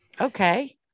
Okay